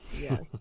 Yes